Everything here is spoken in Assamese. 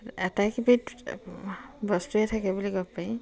আটাইকেইবিধ বস্তুৱে থাকে বুলি ক'ব পাৰি